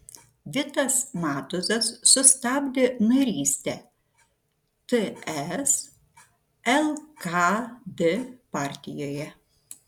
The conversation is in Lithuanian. vitas matuzas sustabdė narystę ts lkd partijoje